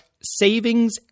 savings